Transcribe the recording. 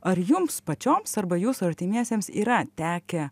ar jums pačioms arba jūsų artimiesiems yra tekę